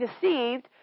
deceived